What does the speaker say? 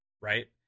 right